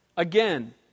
Again